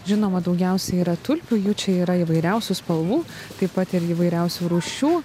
žinoma daugiausiai yra tulpių jų čia yra įvairiausių spalvų taip pat ir įvairiausių rūšių